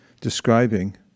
describing